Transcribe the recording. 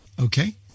Okay